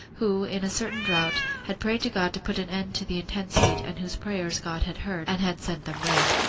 who, in a certain drought, had prayed to god to put an end to the intense heat, and whose prayers god had heard, and had sent them rain.